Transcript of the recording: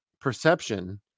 perception